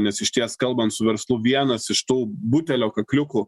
nes išties kalbant su verslu vienas iš tų butelio kakliukų